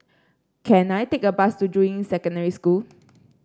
can I take a bus to Juying Secondary School